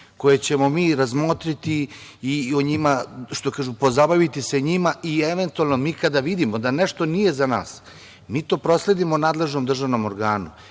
koje ćemo mi razmotriti i pozabaviti se njima. Eventualno, mi kada vidimo da nešto nije za nas, mi to prosledimo nadležnom državnom organu,